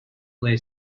lay